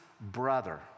brother